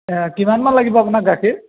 কিমানমান লাগিব আপোনাক গাখীৰ